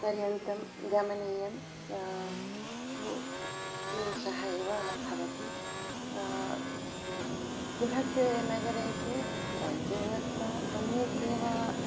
पर्यन्तं गमनीयं तु क्लेशः एव भवति बृहत् नगरे तु वैद्यव्यवस्था सम्यक् एव